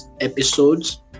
episodes